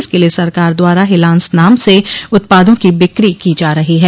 इसके लिए सरकार द्वारा हिलान्स नाम से उत्पादों की ब्रिकी की जा रही है